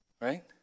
right